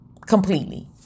Completely